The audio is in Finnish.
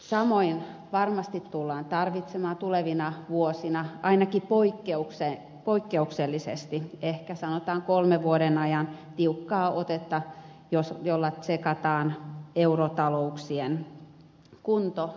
samoin varmasti tullaan tarvitsemaan tulevina vuosina ainakin poikkeuksellisesti sanotaan ehkä kolmen vuoden ajan tiukkaa otetta jolla tsekataan eurotalouksien kunto budjettitarkistuksen kautta